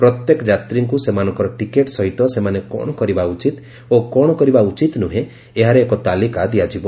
ପ୍ରତ୍ୟେକ ଯାତ୍ରୀଙ୍କୁ ସେମାନଙ୍କର ଟିକେଟ୍ ସହିତ ସେମାନେ କ'ଣ କରିବା ଉଚିତ ଓ କ'ଣ କରିବା ଉଚିତ ନୁହେଁ ଏହାର ଏକ ତାଲିକା ଦିଆଯିବ